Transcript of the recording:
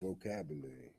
vocabulary